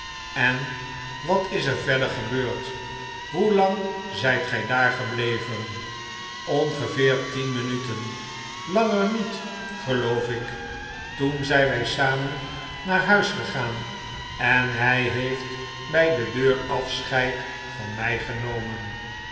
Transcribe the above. en wat is er verder gebeurd hoelang zjjt gjj daar gebleven ongeveer tien minuten langer niet geloof ik toen zfln wij samen naar huis gegaan en hy heeft bjj de deur afscheid van my genomen